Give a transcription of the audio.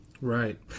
Right